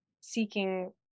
seeking